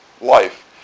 life